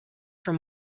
from